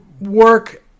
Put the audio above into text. work